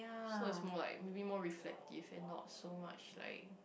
so it's more like maybe more reflective and not so much like